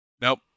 Nope